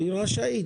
היא רשאית.